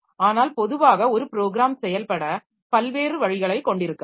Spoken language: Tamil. ஆனால் பொதுவாக ஒரு ப்ரோகிராம் செயல்பட பல்வேறு வழிகளைக் கொண்டிருக்கலாம்